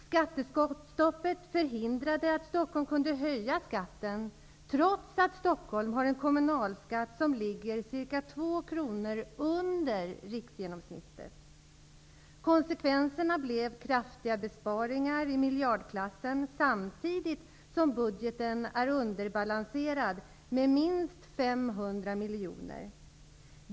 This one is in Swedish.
Skattestoppet förhindrade att Stockholm kunde höja skatten, trots att Stockholm har en kommunalskatt som ligger cirka två kronor under riksgenomsnittet. Konsekvenserna blev kraftiga besparingar i miljardklassen samtidigt som budgeten är underbalanserad med minst 500 miljoner.